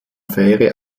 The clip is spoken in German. fähre